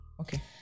Okay